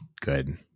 Good